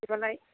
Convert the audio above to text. बिदिबालाय